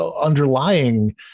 underlying